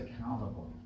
accountable